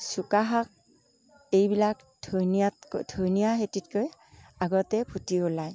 চুকা শাক এইবিলাক ধনিয়াতকৈ ধনিয়া খেতিতকৈ আগতে ফুটি ওলায়